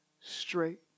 straight